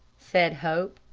said hope.